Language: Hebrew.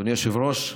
אדוני היושב-ראש,